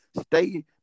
Stay